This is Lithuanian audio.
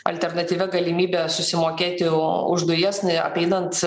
alternatyvia galimybe susimokėti o už dujas apeinant